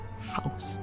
house